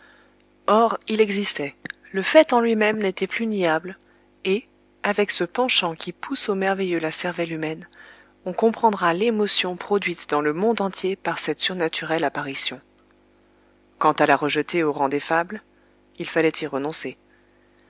or il existait le fait en lui-même n'était plus niable et avec ce penchant qui pousse au merveilleux la cervelle humaine on comprendra l'émotion produite dans le monde entier par cette surnaturelle apparition quant à la rejeter au rang des fables il fallait y renoncer